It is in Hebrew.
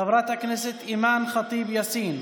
חברת הכנסת אימאן ח'טיב יאסין,